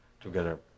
together